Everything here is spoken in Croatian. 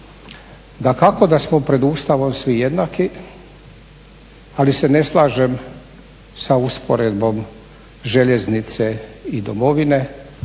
Dakako da smo pred Ustavom svi jednaki. Ali se ne slažem sa usporedbom željeznice i Domovine,